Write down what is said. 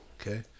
okay